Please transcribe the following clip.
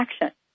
action